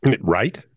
Right